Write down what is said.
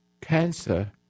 cancer